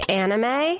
anime